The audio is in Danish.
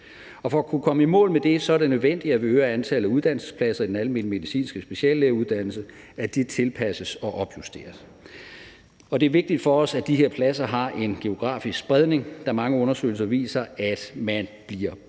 For at kunne komme i mål med det er det nødvendigt, at vi øger antallet af uddannelsespladser i den almenmedicinske speciallægeuddannelse – at de tilpasses og opjusteres. Det er vigtigt for os, at de her pladser har en geografisk spredning, da mange undersøgelser viser, at man bliver boende